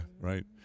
right